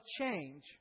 change